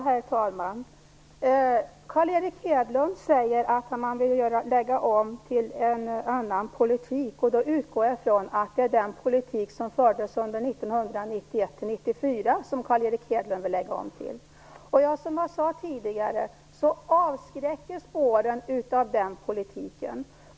Herr talman! Carl Erik Hedlund säger att han vill lägga om till en annan politik. Jag utgår då från att det handlar om den politik som fördes under åren 1991 1994. Som jag sade tidigare förskräcker spåren av den politiken.